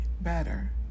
better